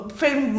film